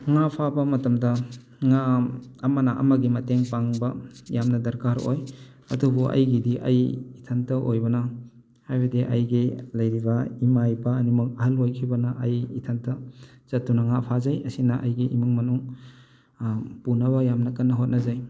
ꯉꯥ ꯐꯥꯕ ꯃꯇꯝꯗ ꯉꯥ ꯑꯃꯅ ꯑꯃꯒꯤ ꯃꯇꯦꯡ ꯄꯥꯡꯕ ꯌꯥꯝꯅ ꯗꯔꯀꯥꯔ ꯑꯣꯏ ꯑꯗꯨꯕꯨ ꯑꯩꯒꯤꯗꯤ ꯑꯩ ꯏꯊꯟꯇ ꯑꯣꯏꯕꯅ ꯍꯥꯏꯕꯗꯤ ꯑꯩꯒꯤ ꯂꯩꯔꯤꯕ ꯏꯃꯥ ꯏꯄꯥ ꯑꯅꯤꯃꯛ ꯑꯍꯜ ꯑꯣꯏꯈꯤꯕꯅ ꯑꯩ ꯏꯊꯟꯇ ꯆꯠꯇꯨꯅ ꯉꯥ ꯐꯥꯖꯩ ꯑꯁꯤꯅ ꯑꯩꯒꯤ ꯏꯃꯨꯡ ꯃꯅꯨꯡ ꯄꯨꯅꯕ ꯌꯥꯝꯅ ꯀꯟꯅ ꯍꯣꯠꯅꯖꯩ